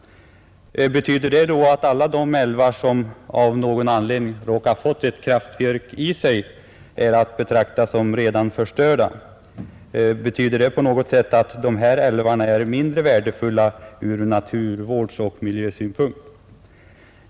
Betyder det då att alla de älvar som av någon anledning råkat få ett kraftverk är att betrakta som redan förstörda? Betyder det att dessa älvar på något sätt är mindre värda ur naturvårdsoch miljösynpunkt?